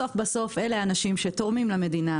בסוף אלה האנשים שתורמים למדינה.